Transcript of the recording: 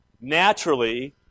naturally